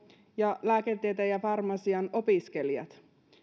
ja lääketieteen ja farmasian opiskelijat